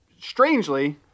strangely